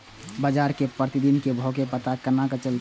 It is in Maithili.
बजार के प्रतिदिन के भाव के पता केना चलते?